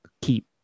keep